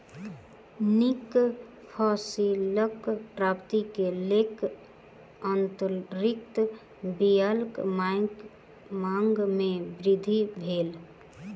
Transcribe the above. नीक फसिलक प्राप्ति के लेल अंकुरित बीयाक मांग में वृद्धि भेल